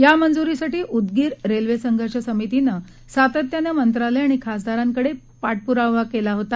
या मंजूरीसाठी उदगीर रेल्वे संघर्ष समितीनं सातत्यानं मंत्रालय आणि खासदारा कडे पाठपुरावा केला होता